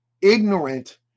ignorant